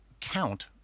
count